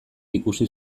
ikusi